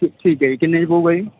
ਠੀਕ ਹੈ ਜੀ ਕਿੰਨੇ 'ਚ ਪਊਗਾ ਜੀ